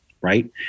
right